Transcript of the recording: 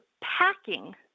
packing